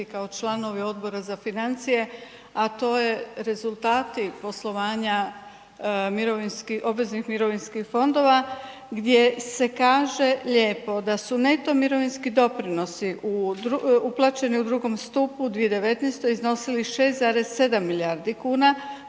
kao članovi Odbora za financije, a to je rezultati poslovanja obaveznih mirovinskih fondova, gdje se kaže lijepo da su neto mirovinski doprinosi uplaćeni u II. stupu 2019. iznosili 6,7 milijardi kuna,